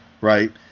Right